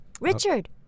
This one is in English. Richard